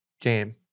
game